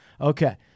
Okay